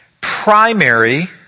primary